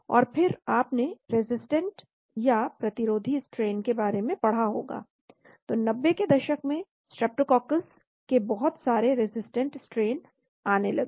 और फिर आपने रेज़िस्टन्ट या प्रतिरोधी स्ट्रेन के बारे में पढ़ा होगा तो 90 के दशक में स्ट्रेप्टोकोकस के बहुत सारे रेज़िस्टन्ट स्ट्रेन आने लगे